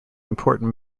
important